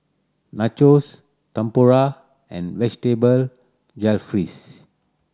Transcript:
Nachos Tempura and Vegetable Jalfrezi